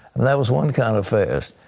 that was one kind of fast.